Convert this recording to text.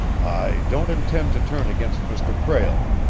i don't intend to turn against mr. prale!